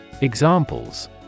Examples